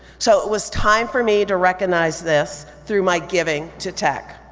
so it was time for me to recognize this through my giving to tech.